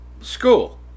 school